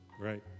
Right